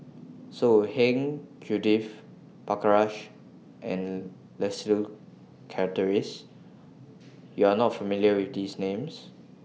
So Heng Judith Prakash and Leslie Charteris YOU Are not familiar with These Names